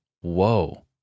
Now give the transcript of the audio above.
whoa